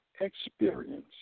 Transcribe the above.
experience